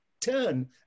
turn